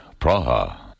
Praha. (